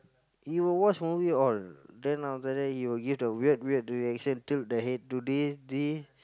he will watch movie all then after that he will give the weird weird reaction tilt the head do this this